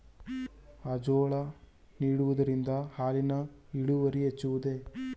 Azolla ನೀಡುವುದರಿಂದ ಹಾಲಿನ ಇಳುವರಿ ಹೆಚ್ಚುವುದೇ?